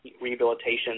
rehabilitation